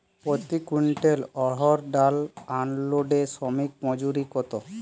প্রতি কুইন্টল অড়হর ডাল আনলোডে শ্রমিক মজুরি কত?